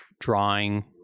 drawing